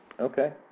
Okay